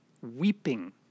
weeping